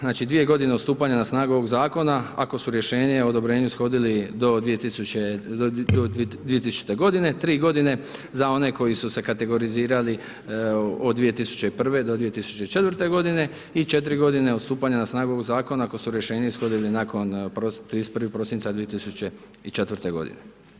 Znači dvije godine od stupanja na snagu ovog Zakonu, ako su rješenje i odobrenje ishodili do 2000. godine, tri godine za oni koji su se kategorizirali od 2001. do 2004. godine i 4 godine od stupanja na snagu ovog Zakona ako su rješenje ishodili nakon 31. prosinca 2004. godine.